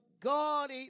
God